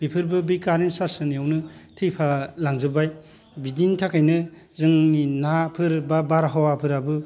बेफोरबो बि current charges होनायावनो थैफा लांजोब्बाय बिदिनि थाखायनो जोंनि नाफोर बा बारहावाफोराबो